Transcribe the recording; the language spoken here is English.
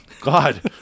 God